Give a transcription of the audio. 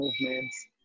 movements